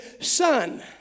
son